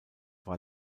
war